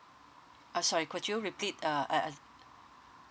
ah sorry could you repeat err uh